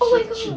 oh my god